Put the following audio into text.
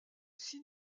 six